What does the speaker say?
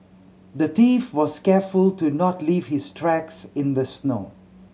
the thief was careful to not leave his tracks in the snow